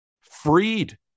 Freed